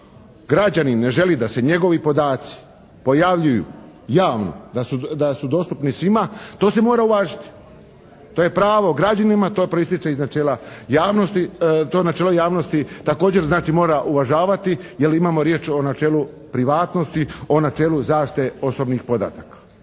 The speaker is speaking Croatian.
građanin ne želi da se njegovi podaci pojavljuju javno, da su dostupni svima, to se mora uvažiti. To je pravo građanima, to proističe iz načela javnosti. To načelo javnosti također, znači mora uvažavati, je li imamo riječ o načelu privatnosti, o načelu zaštite osobnih podataka.